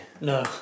no